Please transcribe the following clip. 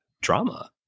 drama